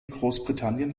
großbritannien